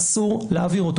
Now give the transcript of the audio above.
שאסור להעביר אותו.